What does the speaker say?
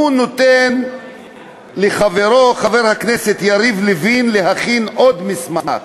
הוא נותן לחברו חבר הכנסת יריב לוין להכין עוד מסמך,